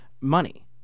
money